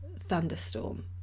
thunderstorm